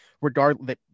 regardless